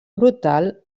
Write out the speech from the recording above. brutal